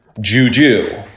juju